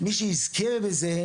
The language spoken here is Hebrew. מי שיזכה בזה,